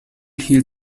hielt